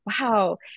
Wow